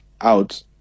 out